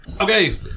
Okay